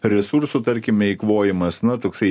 resursų tarkime eikvojimas na toksai